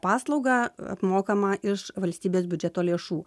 paslauga apmokama iš valstybės biudžeto lėšų